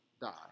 die